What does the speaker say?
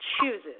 chooses